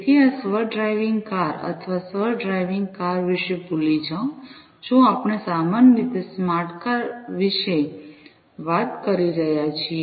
તેથી આ સ્વ ડ્રાઇવિંગ કાર અથવા સ્વ ડ્રાઇવિંગ કાર વિશે ભૂલી જાઓ જો આપણે સામાન્ય રીતે સ્માર્ટ કાર વિશે વાત કરી રહ્યા છીએ